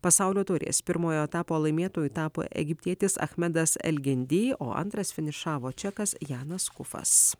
pasaulio taurės pirmojo etapo laimėtoju tapo egiptietis achmedas elgendi o antras finišavo čekas janas kufas